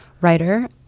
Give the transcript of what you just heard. writer